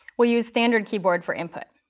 will use standard keyboard for input.